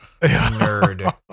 nerd